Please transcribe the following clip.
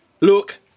Look